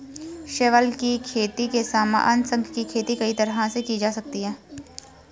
शैवाल की खेती के समान, शंख की खेती कई तरीकों से की जा सकती है